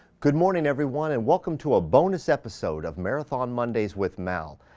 good morning everyone, and welcome to a bonus episode of marathon mondays with mal.